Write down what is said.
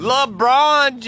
LeBron